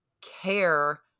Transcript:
care